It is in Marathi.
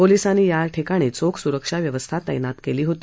पोलीसांनी या ठिकाणी चोख सुरक्षा व्यवस्था तैनात केली होती